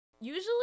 usually